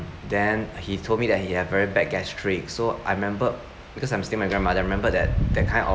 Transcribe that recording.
then he told me that he had a very bad gastric so I remembered because I'm staying with my grandmother I remember that that kind of